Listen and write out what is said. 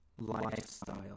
lifestyle